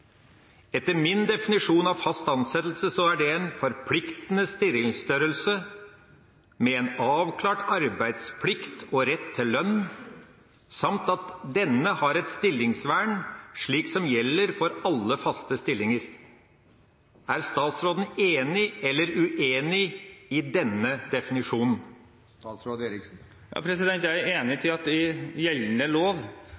Etter min definisjon er fast ansettelse en forpliktende stillingsstørrelse, med en avklart arbeidsplikt og rett til lønn, samt at en har et stillingsvern lik det som gjelder for alle faste stillinger. Er statsråden enig eller uenig i denne definisjonen? Jeg er enig i at gjeldende lov